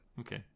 Okay